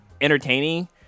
entertaining